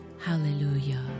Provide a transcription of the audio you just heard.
Hallelujah